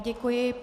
Děkuji.